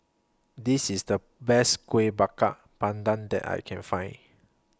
This IS The Best Kuih Bakar Pandan that I Can Find